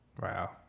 Wow